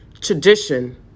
tradition